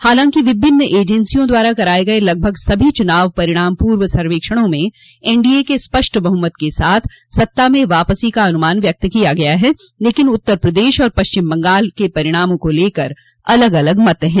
हालांकि विभिन्न एंजेसियों द्वारा कराए गए लगभग सभी चुनाव परिणाम पूर्व सर्वेक्षणों में एनडीए के स्पष्ट बहुमत के साथ सत्ता में वापसी का अनुमान व्यक्त किया गया है लेकिन उत्तर प्रदेश और पश्चिम बंगाल के परिणामों को लेकर अलग अलग मत हैं